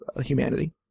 humanity